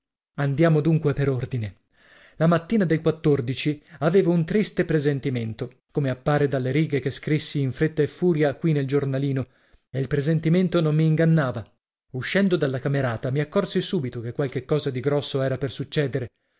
andiamo dunque per ordine la mattina del avevo un triste presentimento come appare dalle righe che scrissi in fretta e furia qui nel giornalino e il presentimento non mi ingannava uscendo dalla camerata mi accorsi subito che qualche cosa di grosso era per succedere